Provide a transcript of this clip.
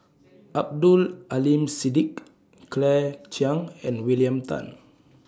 Abdul Aleem Siddique Claire Chiang and William Tan